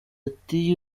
ati